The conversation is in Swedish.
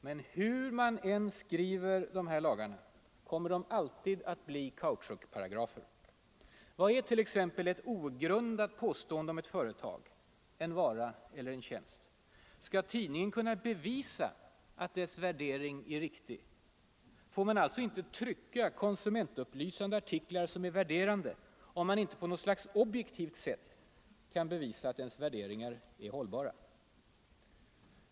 Men hur man än skriver de här lagarna kommer det alltid att bli kautschukparagrafer. Vad ärt.ex. ”ogrundat” påstående om ett företag, en vara eller en tjänst? Skall tidningen bevisa att dess värdering är riktig? Får man alltså inte trycka konsumentupplysande artiklar, som är värderande, om man inte på något slags objektivt sätt kan bevisa att ens värderingar är hållbara?